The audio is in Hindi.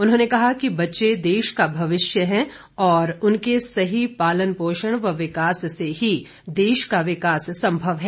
उन्होंने कहा कि बच्चे देश का भविष्य है और उनके सही पालन पोषण व विकास से ही देश का विकास संभव है